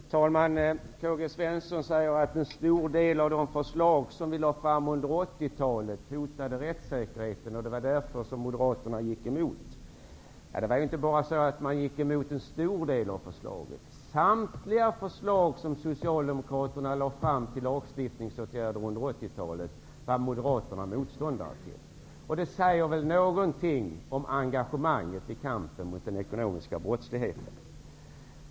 Herr talman! Karl-Gösta Svenson sade att en stor del av de förslag som vi lade fram under 80-talet hotade rättssäkerheten och att det var därför som Moderaterna gick emot dem. Det var inte bara så att man gick emot en stor del av förslagen, utan samtliga förslag som Socialdemokraterna lade fram om lagstiftningsåtgärder under 80-talet var Moderaterna motståndare till. Det säger någonting om engagemanget i kampen mot den ekonomiska brottsligheten.